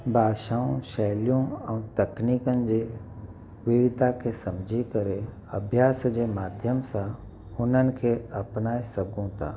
भाषाऊं शैलियूं ऐं तकनीकनि जे विविधता खे सम्झी करे अभ्यास जे माध्यम सां हुननि खे अपनाए सघूं था